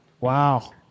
Wow